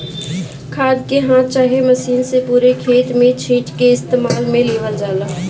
खाद के हाथ चाहे मशीन से पूरे खेत में छींट के इस्तेमाल में लेवल जाला